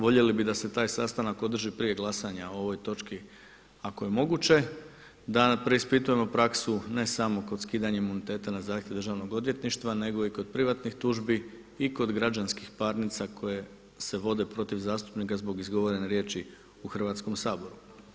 Voljeli bi da se taj sastanak održi prije glasanja o ovoj točki ako je moguće, da preispitujemo praksu ne samo kod skidanja imuniteta na zahtjev DORH-a nego i kod privatnih tužbi i kod građanskih parnica koje se vode protiv zastupnika zbog izgovorene riječi u Hrvatskom saboru.